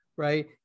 Right